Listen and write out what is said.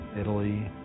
Italy